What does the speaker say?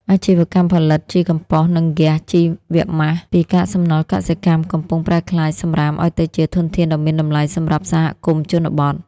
អាជីវកម្មផលិតជីកំប៉ុស្ត និងហ្គាសជីវម៉ាស ពីកាកសំណល់កសិកម្ម កំពុងប្រែក្លាយសំរាមឱ្យទៅជាធនធានដ៏មានតម្លៃសម្រាប់សហគមន៍ជនបទ។